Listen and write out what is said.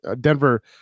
Denver